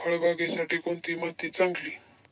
फळबागेसाठी कोणती माती चांगली?